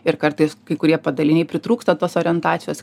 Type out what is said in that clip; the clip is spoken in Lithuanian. ir kartais kai kurie padaliniai pritrūksta tos orientacijos